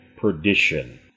perdition